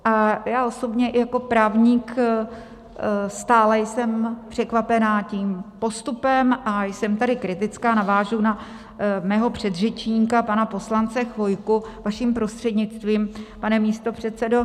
A já osobně i jako právník stále jsem překvapená tím postupem a jsem tady kritická, navážu na svého předřečníka pana poslance Chvojku vaším prostřednictvím, pane místopředsedo.